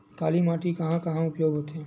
काली माटी के कहां कहा उपयोग होथे?